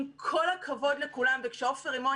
עם כל הכבוד לכולם וכשעופר רימון